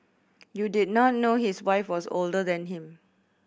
you did not know his wife was older than him